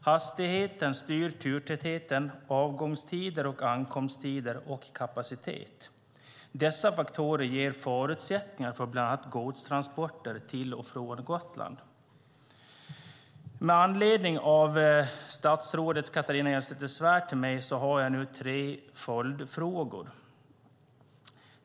Hastigheten styr turtäthet, avgångstider, ankomsttider och kapacitet. Dessa faktorer ger förutsättningar för bland annat godstransporter till och från Gotland. Med anledning av statsrådet Catharina Elmsäter-Svärds svar till mig har jag tre följdfrågor.